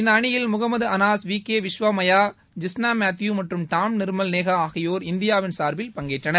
இந்த அணியில் Muhammad Anas V K Vismaya Jisna Mathew மற்றும் டாம் நிர்மல் நோஹா ஆகியோர் இந்தியாவின் சார்பில் பங்கேற்றனர்